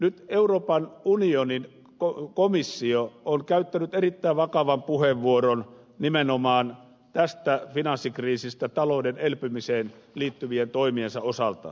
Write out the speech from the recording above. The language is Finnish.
nyt euroopan unionin komissio on käyttänyt erittäin vakavan puheenvuoron nimenomaan tästä finanssikriisistä talouden elpymiseen liittyvien toimiensa osalta